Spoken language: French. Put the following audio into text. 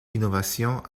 innovations